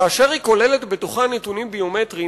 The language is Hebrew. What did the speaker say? כאשר היא כוללת בתוכה נתונים ביומטריים,